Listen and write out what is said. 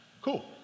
Cool